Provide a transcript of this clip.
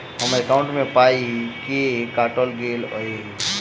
हम्मर एकॉउन्ट मे पाई केल काटल गेल एहि